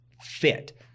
fit